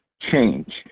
Change